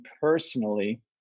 personally